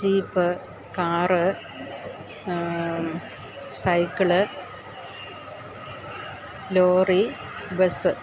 jeep car cycle lorry bus